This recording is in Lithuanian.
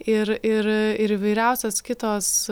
ir ir ir įvairiausios kitos